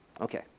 Okay